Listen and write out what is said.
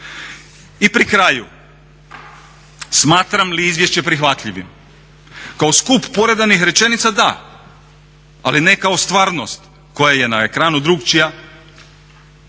I pri kraju. Smatram li izvješće prihvatljivim? Kao skup poredanih rečenica da ali ne kao stvarnost koja je na ekranu drukčija,